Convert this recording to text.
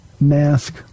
mask